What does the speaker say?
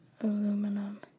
Aluminum